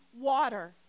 water